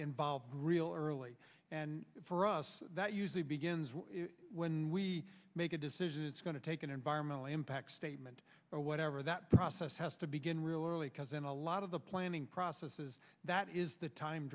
real early and for us that usually begins when we make a decision it's going to take an environmental impact statement or whatever that process has to begin really early because in a lot of the planning processes that is the time